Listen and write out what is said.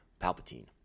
Palpatine